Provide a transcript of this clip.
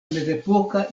mezepoka